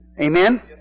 Amen